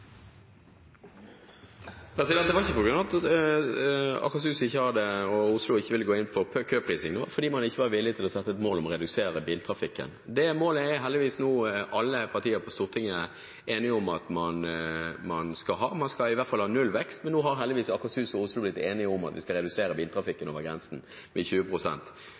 køprising. Det var ikke på grunn av at Akershus og Oslo ikke ville gå inn for køprising, det var fordi man ikke var villig til å sette et mål om å redusere biltrafikken. Det målet er heldigvis nå alle partiene på Stortinget enige om at man skal ha. Man skal i hvert fall ha nullvekst. Men nå har heldigvis Akershus og Oslo blitt enige om at vi skal redusere biltrafikken over grensen med